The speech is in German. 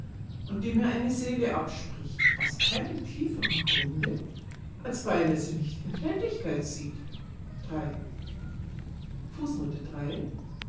und dem er eine seele abspricht aus keinem tieferen grunde als weil er sie nicht in tätigkeit sieht